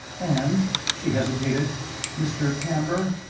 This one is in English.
and she hesitated mr. camber?